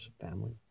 family